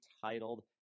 titled